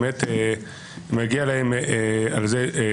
אי-אפשר שלא לשבח את השינוי המשמעותי